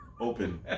Open